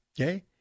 Okay